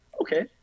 okay